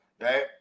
Right